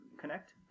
Connect